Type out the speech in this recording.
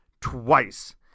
twice